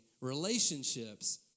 relationships